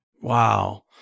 Wow